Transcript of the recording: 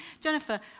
Jennifer